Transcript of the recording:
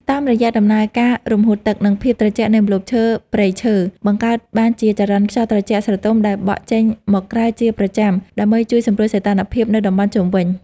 តាមរយៈដំណើរការរំហួតទឹក និងភាពត្រជាក់នៃម្លប់ឈើព្រៃឈើ បង្កើតបានជាចរន្តខ្យល់ត្រជាក់ស្រទុំដែលបក់ចេញមកក្រៅជាប្រចាំ ដើម្បីជួយសម្រួលសីតុណ្ហភាពនៅតំបន់ជុំវិញ។